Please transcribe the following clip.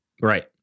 right